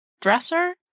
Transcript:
dresser